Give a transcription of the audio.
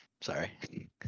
Sorry